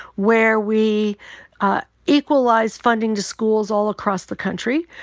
where we equalize funding to schools all across the country.